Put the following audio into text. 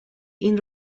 این